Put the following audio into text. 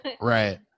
right